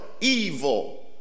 evil